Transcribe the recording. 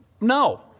No